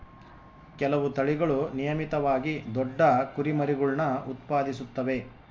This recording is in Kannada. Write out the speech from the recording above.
ಕೆಲವು ತಳಿಗಳು ನಿಯಮಿತವಾಗಿ ದೊಡ್ಡ ಕುರಿಮರಿಗುಳ್ನ ಉತ್ಪಾದಿಸುತ್ತವೆ